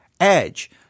edge